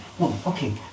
Okay